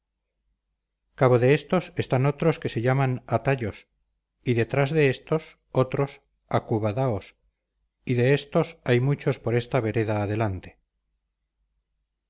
cabo de éstos están otros que se llaman atayos y detrás de éstos otros acubadaos y de éstos hay muchos por esta vereda adelante